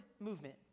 movement